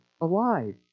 alive